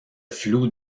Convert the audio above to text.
flou